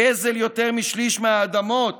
גזל יותר משליש מהאדמות